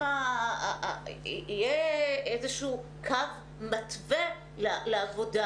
יהיה איזשהו קו מתווה לעבודה